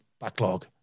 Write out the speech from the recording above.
backlog